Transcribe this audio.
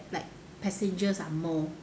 like passengers are more